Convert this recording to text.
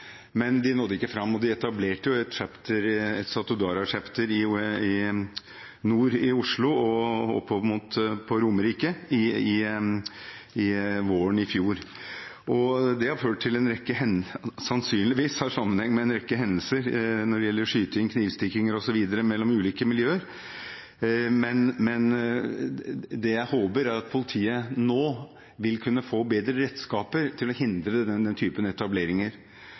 men de nådde ikke fram, og det ble etablert et Satudarah-«chapter» nord i Oslo og på Romerike i fjor vår. Det har sannsynligvis sammenheng med en rekke hendelser når det gjelder skyting, knivstikking osv. mellom ulike miljøer. Det jeg håper, er at politiet nå vil kunne få bedre redskaper til å hindre den typen etableringer,